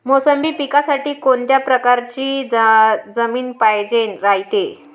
मोसंबी पिकासाठी कोनत्या परकारची जमीन पायजेन रायते?